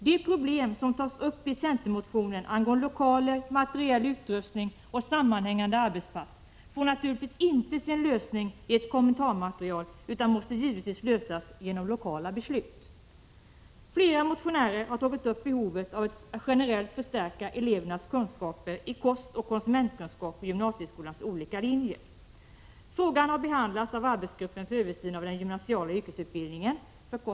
De problem som tas upp i centermotionen angående lokaler, materiell utrustning och sammanhängande arbetspass får naturligtvis inte sin lösning i ett kommentarmaterial, utan måste lösas genom lokala beslut. Flera motionärer har tagit upp behovet av att generellt förstärka elevernas kunskaper inom områdena kost och konsumentkunskap på gymnasieskolans olika linjer. Frågan har behandlats av arbetsgruppen för översyn av den gymnasiala yrkesutbildningen, ÖGY.